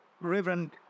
Reverend